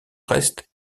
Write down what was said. reste